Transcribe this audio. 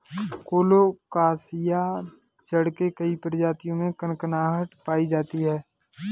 colocasia जड़ के कई प्रजातियों में कनकनाहट पायी जाती है